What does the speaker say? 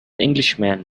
englishman